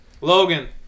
logan